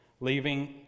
leaving